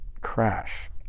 crash